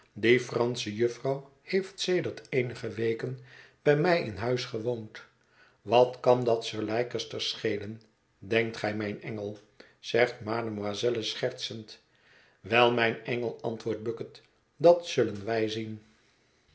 die fransche jufvrouw heeft sedert eenige weken bij mij in huis gewoond wat kan dat sir leicester schelen denkt gij mijn engel zegt mademoiselle schertsend wel mijn engel antwoordt bucket dat zullen wij zien